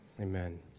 Amen